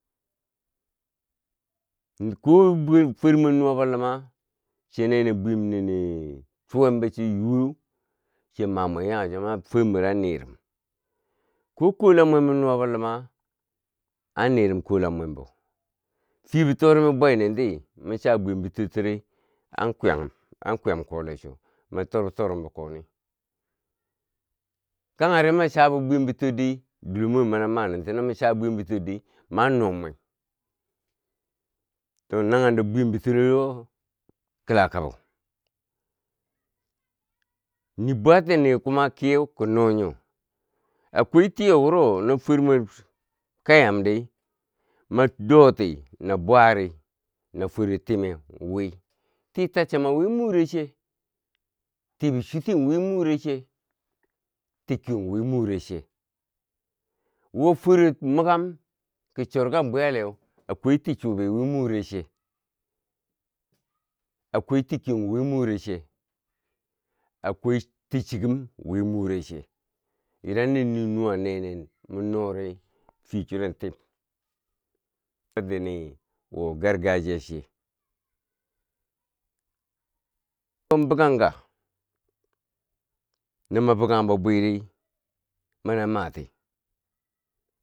Mi ko bwen fwer mwer nuwa bwo luma chiya nenen bwiyem nini chuwembo chi yuweu, chiya ma mwen yanghe chuko kang fwer mwero an nirum, ko ƙolam mwembwo nuwabo luma an nirum ƙolam mwem bo, fiye bitorume bweii nenti mo cha bwi yembo toor tiri an kwiyanghum, an kwiyam kole chwo mo tor bitorum bo koni kangheri mwa cha bo bwiyem bo tor di dilomwe, mani manenti, no mo chabwiyem bo tor di mwan no mwem, to naghen do bwiyem bo torghoo kila ka bo nii bwatiniye kuma kiyeu kino nyo akwai tiyo wuro no fwer mwer ka yamdi mwa doti, na bwari na fwero timeu wii, ti tachumau wii mure che, tii bichwiti wii mure che, tikiyon wii more che, wo fwero mikam kin chor kam bwi yaleu, akwai ti chubii we more che akwai ti kyon wii more che akwai ti chiikim wi more che idan no nii nuwa nenen mo no ri fiye churo tim, ki nini wo gargajiya che, ombikangka no mwa bi bikangbo bwiri mania mati.